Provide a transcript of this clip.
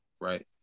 right